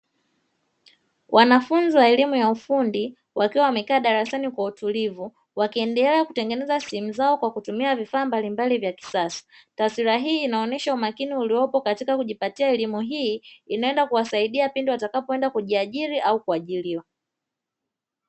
Wanafunzi wa elimu ya ufundi wakiwa wamekaa darasani kwa utulivu; wakiendelea kutengeneza simu zao kwa kutumia vifaa mbalimbali vya kisasa. Taswira hii inaonyesha umakini uliopo katika kujipatia elimu, hii inayoenda kuwasadia pindi watakapoenda kujiajiri au kuajiriwa.